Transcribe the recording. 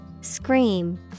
Scream